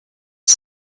are